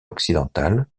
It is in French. occidentale